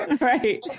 Right